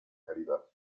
caridad